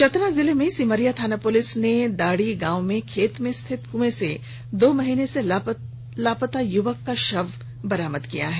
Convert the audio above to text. चतरा जिले के सिमरिया थाना पुलिस ने दाड़ी गांव में खेत में स्थित कुएं से दो माह से लापतायुवक का शव बरामद किया है